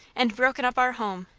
and broken up our home!